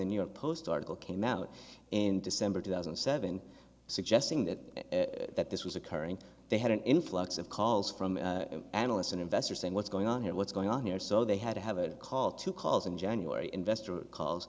the new york post article came out in december two thousand and seven suggesting that that this was occurring they had an influx of calls from analysts and investors saying what's going on here what's going on here so they had to have a call to calls in january investor calls